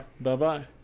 Bye-bye